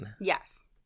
yes